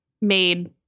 made